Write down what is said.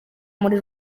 muri